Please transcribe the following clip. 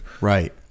Right